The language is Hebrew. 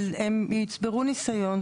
אבל הם יצברו ניסיון,